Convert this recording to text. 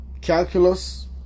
calculus